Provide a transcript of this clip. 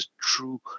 true